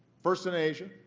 first in asia,